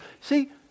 See